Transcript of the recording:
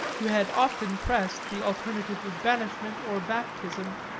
who had often pressed the alternative of banishment or baptism,